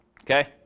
Okay